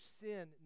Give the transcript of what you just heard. sin